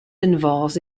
involves